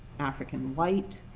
african white,